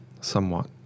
somewhat